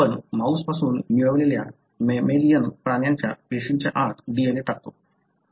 आपण माऊस पासून मिळवलेल्या मॅमेलियन प्राण्यांच्या पेशींच्या आत DNA टाकता